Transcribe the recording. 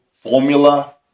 formula